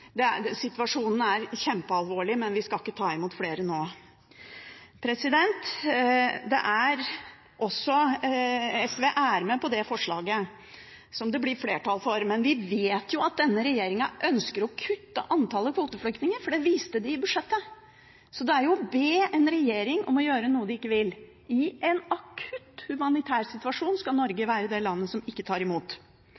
situasjonen er kjempealvorlig, men vi skal ikke ta imot flere nå. SV er med på det forslaget til vedtak som det blir flertall for, men vi vet jo at denne regjeringen ønsker å kutte antallet kvoteflyktninger, for det viste de i budsjettet. Så det er jo å be en regjering om å gjøre noe de ikke vil. I en akutt humanitær situasjon skal Norge